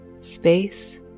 Space